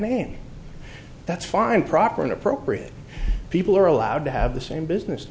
man that's fine proper and appropriate people are allowed to have the same business